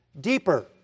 deeper